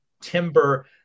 timber